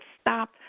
stop